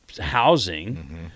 housing